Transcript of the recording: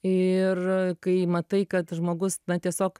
ir kai matai kad žmogus na tiesiog